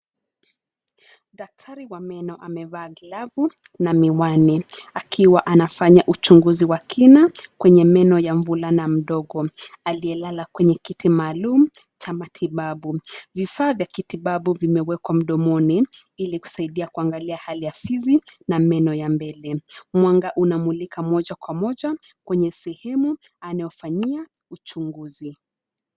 Daktari wa meno amevaa glavu na miwani akiwa anafanya uchunguzi wa kina kwenye meno ya mvulana mdogo aliyelala kwenye kiti maalumu cha matibabu, vifaa vya kitibabu vimewekwa mdomoni ili kusaidia kungalia hali ya fizi na meno ya mbele. Mwanga unamulika moja kwa moja kwenye sehemu anyofanyia uchunguzi.